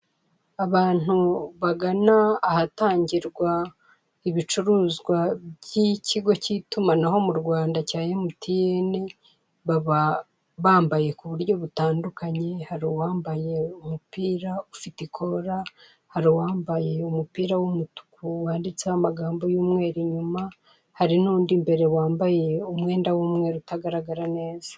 Abantu bagana ahatangirwa ibicuruzwa by'ikigo cy'itumanaho mu Rwanda cya emutiyeni (MTN) baba bambaye ku buryo butandukanye, hari uwambaye umupira ufite ikora, hari uwambaye umupira w'umutuku wanditseho amagambo y'umweru inyuma, hari n'undi imbere wambaye umwenda w'umweru utagaragara neza.